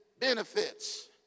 benefits